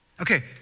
Okay